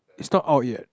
it's not out yet